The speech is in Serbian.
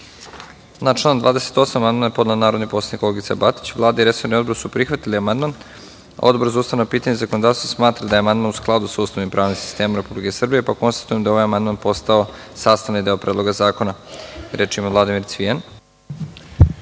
Na član 28. amandman je podnela narodni poslanik Olgica Batić. Vlada i resorni odbor su prihvatili amandman. Odbor za ustavna pitanja i zakonodavstvo smatra da je amandman u skladu sa Ustavom i pravnim sistemom Republike Srbije. Konstatujem da je ovaj amandman postao sastavni deo Predloga zakona. Da li neko